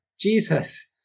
Jesus